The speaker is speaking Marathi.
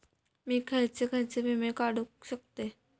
मी खयचे खयचे विमे काढू शकतय?